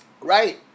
right